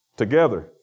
together